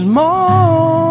more